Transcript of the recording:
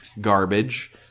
garbage